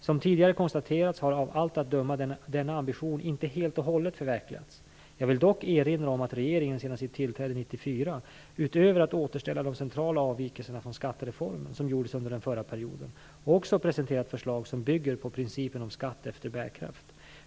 Som tidigare konstaterats har av allt att döma denna ambition inte helt och hållet förverkligats. Jag vill dock erinra om att regeringen sedan sitt tillträde 1994, utöver att återställa de centrala avvikelser från skattereformen som gjordes under den förra mandatperioden, också presenterat förslag som bygger på principen om skatt efter bärkraft.